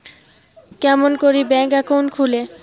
কেমন করি bank account খুলে?